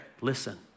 Listen